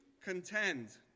contend